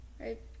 right